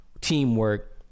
teamwork